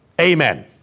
Amen